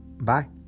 Bye